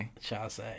Chase